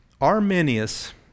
Arminius